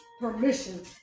permission